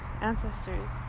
ancestors